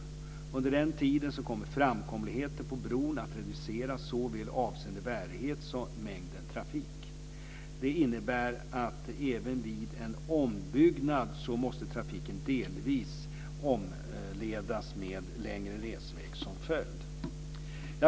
Under den tiden kommer framkomligheten på bron att reduceras såväl avseende bärighet som mängden trafik. Det innebär att trafiken även vid en ombyggnad delvis måste omledas, med längre resväg som följd.